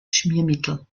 schmiermittel